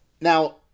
now